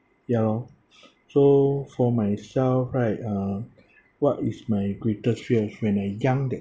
ya lor so for myself right uh what is my greatest fears when I young that